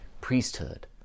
priesthood